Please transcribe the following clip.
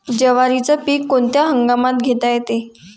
जवारीचं पीक कोनच्या हंगामात घेता येते?